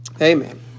Amen